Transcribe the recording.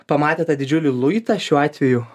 pamatę tą didžiulį luitą šiuo atveju